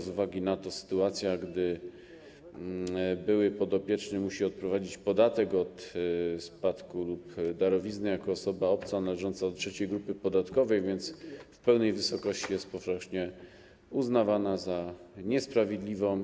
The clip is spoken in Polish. Z uwagi na to sytuacja, kiedy były podopieczny musi odprowadzić podatek od spadku lub darowizny jako osoba obca należąca do trzeciej grupy podatkowej, a więc w pełnej wysokości, jest potocznie uznawana za niesprawiedliwą.